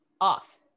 Off